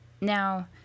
Now